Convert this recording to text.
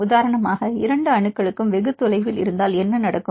உதாரணமாக இரண்டு அணுக்களும் வெகு தொலைவில் இருந்தால் என்ன நடக்கும்